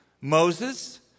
Moses